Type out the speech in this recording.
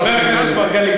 חבר הכנסת מרגלית,